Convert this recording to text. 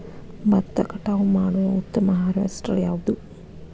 ಭತ್ತ ಕಟಾವು ಮಾಡುವ ಉತ್ತಮ ಹಾರ್ವೇಸ್ಟರ್ ಯಾವುದು?